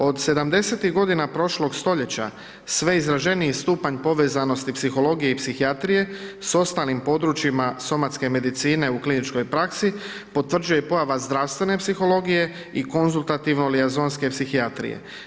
Od '70. godina prošlog stoljeća sve izraženiji stupanj povezanosti psihologije i psihijatrije s ostalim područjima somatske medicine u kliničkoj praksi potvrđuje pojava zdravstvene psihologije i konzultativno ili azonske psihijatrije.